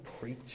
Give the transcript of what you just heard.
preach